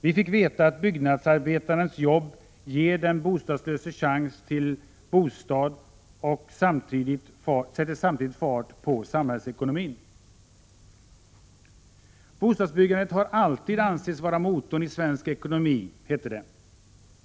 Vi fick veta att byggnadsarbetarens jobb ger den bostadslöse chans till bostad och sätter samtidigt fart på samhällsekonomin. Bostadsbyggandet har alltid ansetts vara motorn i svensk ekonomi, hette det.